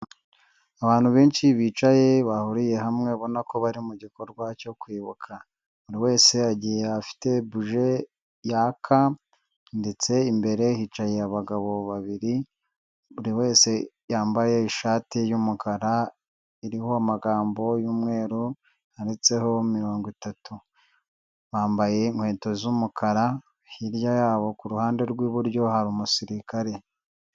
Abantu benshi bicaye bahuriye hamwe. Ubabona ko bari mu gikorwa cyo kwibuka. Buri wese afite buji yaka ndetse imbere hicaye abagabo babiri, buri wese yambaye ishati y'umukara. Iriho amagambo y'umweru, yanditseho mirongo itatu. Bambaye inkweto z'umukara. Hirya yabo kuruhande rw'iburyo hari umusirikare.